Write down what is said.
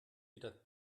wieder